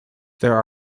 there